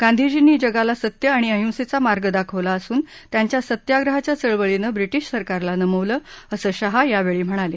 गांधीजींनी जगाला सत्य आणि अहिंसेचा मार्ग दाखवला असून त्यांच्या सत्याग्रहाच्या चळवळीनं ब्रिटिश सरकारला नमवलं असं शाह यावेळी म्हणाले